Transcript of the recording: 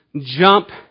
jump